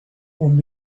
one